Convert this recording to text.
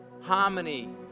harmony